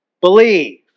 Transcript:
believe